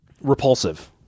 repulsive